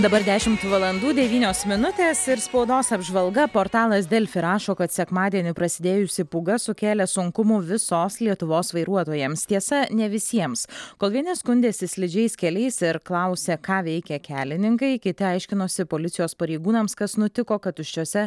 dabar dešimt valandų devynios minutės ir spaudos apžvalga portalas delfi rašo kad sekmadienį prasidėjusi pūga sukėlė sunkumų visos lietuvos vairuotojams tiesa ne visiems kol vieni skundėsi slidžiais keliais ir klausė ką veikia kelininkai kiti aiškinosi policijos pareigūnams kas nutiko kad tuščiose